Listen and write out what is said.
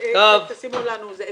תשימו לנו את זה.